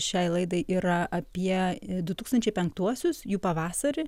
šiai laidai yra apie du tūkstančiai penktuosius jų pavasarį